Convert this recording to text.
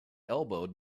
elbowed